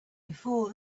before